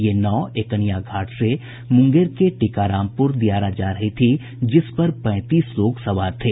ये नाव एकनिया घाट से मूंगेर के टीकारामपूर दियारा जा रही थी जिस पर पैंतीस लोग सवार थे